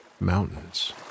mountains